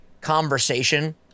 conversation